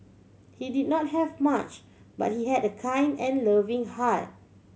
he did not have much but he had a kind and loving heart